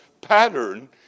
pattern